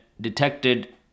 detected